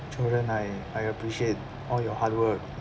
I I appreciate all your hard work